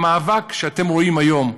המאבק שאתם רואים היום,